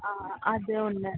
ஆ அது ஒன்று